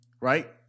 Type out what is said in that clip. Right